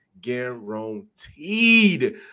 guaranteed